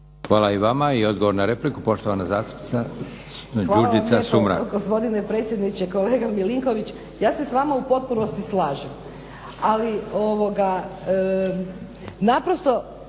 Hvala i vama. I odgovor na repliku poštovana zastupnica Đurđica Sumrak. **Sumrak, Đurđica (HDZ)** Hvala vam lijepo gospodine predsjedniče. Kolega Milinković ja se s vama u potpunosti slažem, ali naprosto